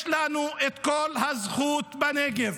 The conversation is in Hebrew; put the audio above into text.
יש לנו את כל הזכות בנגב,